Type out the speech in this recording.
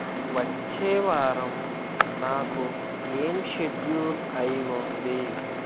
వచ్చే వారం నాకు ఏం షెడ్యూల్ అయి ఉంది